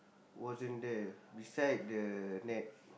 wasn't there beside the net